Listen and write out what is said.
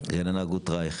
שמי רננה גוטרייך,